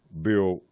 Bill